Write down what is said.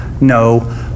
no